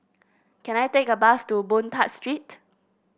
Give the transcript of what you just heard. can I take a bus to Boon Tat Street